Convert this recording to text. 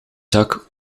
zak